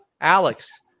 Alex